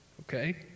Okay